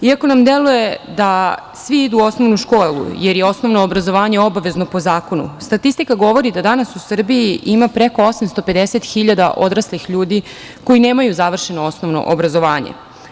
Iako nam deluje da svi idu u osnovu školu, jer je osnovno obrazovanje obavezno po zakonu, statistika govori da danas u Srbiji ima preko 850 hiljada odraslih ljudi koji nemaju završeno osnovno obrazovanje.